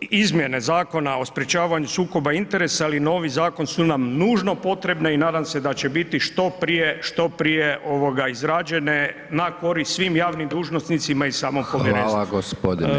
izmjene Zakona o sprječavanju sukoba interesa, ali i novi zakon su nam nužno potrebne i nadam se da će biti što prije, što prije izrađene na korist svim javnim dužnosnicima i samom [[Upadica: Hvala g. Felak]] povjerenstvu.